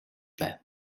байв